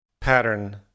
pattern